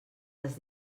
les